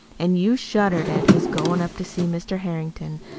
an' you shuddered at his goin' up to see mr. harrington,